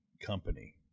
company